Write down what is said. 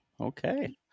Okay